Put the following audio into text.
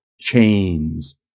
chains